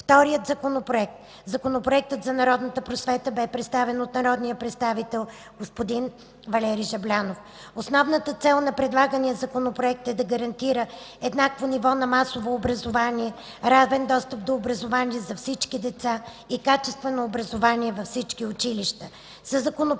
Вторият законопроект – Законопроектът за народната просвета, бе представен от народния представител господин Валери Жаблянов. Основната цел на предлагания Законопроект е да гарантира еднакво ниво на масово образование, равен достъп до образование за всички деца и качествено образование във всички училища.